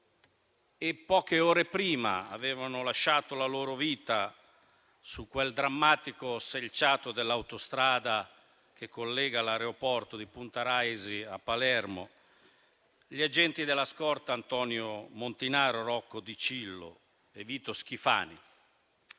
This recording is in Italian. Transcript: Poche ore prima avevano lasciato la loro vita, su quel drammatico selciato dell'autostrada che collega l'aeroporto di Punta Raisi a Palermo, gli agenti della scorta Antonio Montinaro, Rocco Dicillo e Vito Schifani,